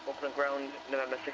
growing number